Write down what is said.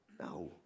No